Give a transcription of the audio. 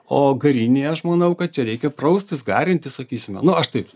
o garinėje aš manau kad čia reikia praustis garintis sakysime nu aš taip